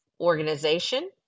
organization